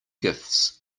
gifts